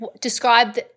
describe